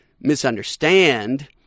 misunderstand